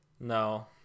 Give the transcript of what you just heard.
No